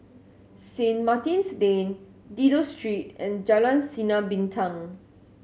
Saint Martin's Lane Dido Street and Jalan Sinar Bintang